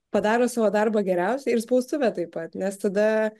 padaro savo darbą geriausiai ir spaustuvė taip pat nes tada